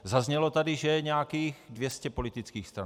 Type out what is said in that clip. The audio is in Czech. Zaznělo tady, že je nějakých 200 politických stran.